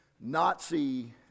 Nazi